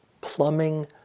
plumbing